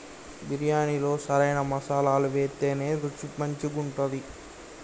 బిర్యాణిలో సరైన మసాలాలు వేత్తేనే రుచి మంచిగుంటది